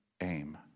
aim